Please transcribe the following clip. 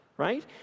right